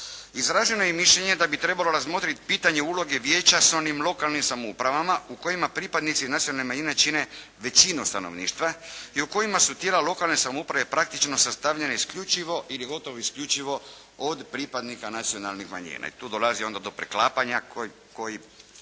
Izraženo je mišljenje da bi trebalo razmotriti pitanje uloge vijeća sa onim lokalnim samoupravama u kojima pripadnici nacionalne manjine čine većinu stanovništva i u kojima su tijela lokalne samouprave praktično sastavljena isključivo ili gotovo isključivo od pripadnika nacionalnih manjina. I tu dolazi onda do preklapanja koji